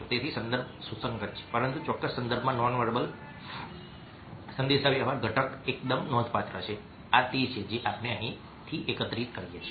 તેથી સંદર્ભ સુસંગત છે પરંતુ ચોક્કસ સંદર્ભમાં નોનવેર્બલ સંદેશાવ્યવહાર ઘટક એકદમ નોંધપાત્ર છે આ તે છે જે આપણે અહીંથી એકત્રિત કરીએ છીએ